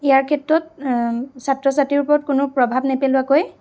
ইয়াৰ ক্ষেত্ৰত ছাত্ৰ ছাত্ৰীৰ ওপৰত কোনো প্ৰভাৱ নেপেলোৱাকৈ